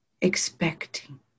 expecting